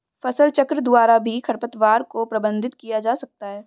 फसलचक्र द्वारा भी खरपतवार को प्रबंधित किया जा सकता है